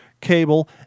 cable